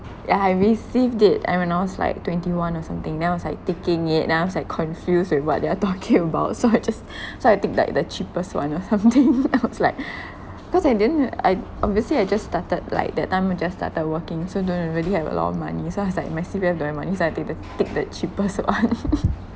yeah I received it at when I was like twenty one or something then I was like ticking it then I was like confused with what they are talking about so I just so I tick like the cheapest one or something looks like cause I didn't I obviously I just started like that time I just started working so don't really have a lot of money so I was like my C_P_F don't have money so I tick the tick the cheapest one